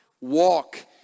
walk